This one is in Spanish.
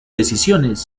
decisiones